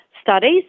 studies